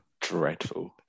Dreadful